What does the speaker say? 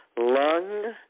lung